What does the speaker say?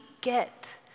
get